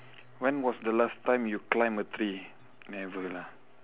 when was the last time you climbed a tree never lah